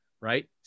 right